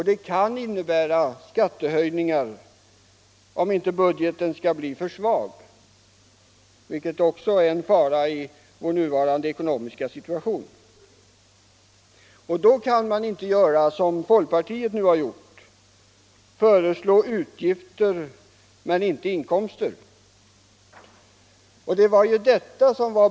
Det kan betyda skattehöjningar, om inte budgeten skall bli för svag, vilket är en fara också i vår nuvarande ekonomiska situation. Då kan man inte göra som folkpartiet nu har gjort, nämligen föreslå utgifter men inte inkomster.